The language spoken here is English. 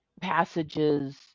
passages